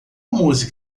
música